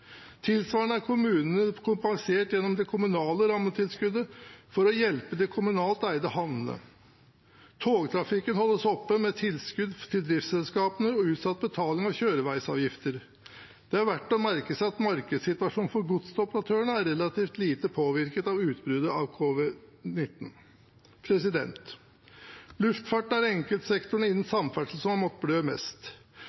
Tilsvarende er kommunene kompensert gjennom det kommunale rammetilskuddet, for å hjelpe de kommunalt eide havnene. Togtrafikken holdes oppe med tilskudd til driftsselskapene og utsatt betaling av kjøreveisavgifter. Det er verdt å merke seg at markedssituasjonen for godsoperatørene er relativt lite påvirket av utbruddet av covid-19. Luftfarten er den enkeltsektoren innen